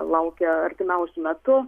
laukia artimiausiu metu